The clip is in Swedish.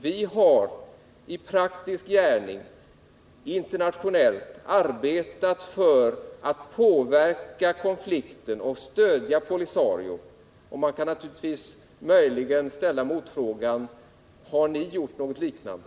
Vi har i praktisk gärning internationellt arbetat för att påverka konflikten och stödja POLISARIO. Man kan naturligtvis ställa motfrågan: Har ni gjort något liknande?